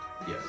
Yes